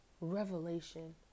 revelation